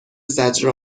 زجر